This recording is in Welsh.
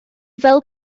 fel